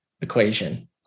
equation